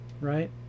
right